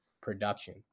production